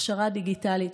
הכשרה דיגיטלית,